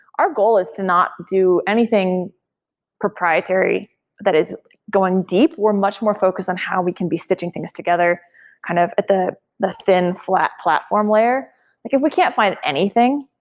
our goal is to not do anything proprietary that is going deep. we're much more focused on how we can be stitching things together kind of at the thin thin flat platform layer like if we can't find anything,